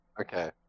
Okay